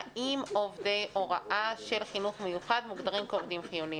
האם עובדי הוראה של החינוך המיוחד מוגדרים כעובדים חיוניים?